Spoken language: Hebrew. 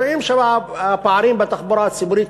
רואים שהפערים בתחבורה הציבורית